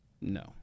No